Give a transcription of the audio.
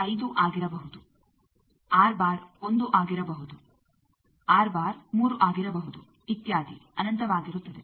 5 ಆಗಿರಬಹುದು 1 ಆಗಿರಬಹುದು 3 ಆಗಿರಬಹುದು ಇತ್ಯಾದಿ ಅನಂತವಾಗಿರುತ್ತದೆ